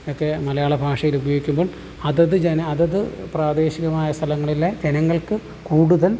ഒക്കെ മലയാള ഭാഷയിൽ ഉപയോഗിക്കുമ്പം അതത് ജന അതത് പ്രാദേശികമായ സ്ഥലങ്ങളിലെ ജനങ്ങൾക്ക് കൂടുതൽ